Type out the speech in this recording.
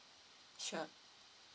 sure